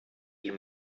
you